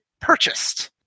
purchased